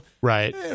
Right